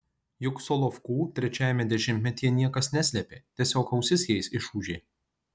juk solovkų trečiajame dešimtmetyje niekas neslėpė tiesiog ausis jais išūžė